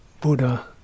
Buddha